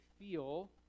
feel